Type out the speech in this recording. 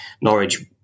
Norwich